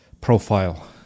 profile